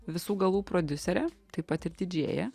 visų galų prodiuserė taip pat ir didžėja